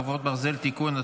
חרבות ברזל) (תיקון),